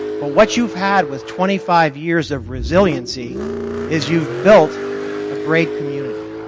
but what you've had with twenty five years of resiliency is you've built a great community,